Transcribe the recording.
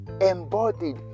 embodied